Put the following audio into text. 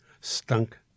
stunk